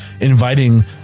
inviting